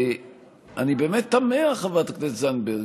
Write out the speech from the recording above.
אני באמת תמה, חברת הכנסת זנדברג.